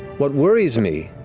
what worries me,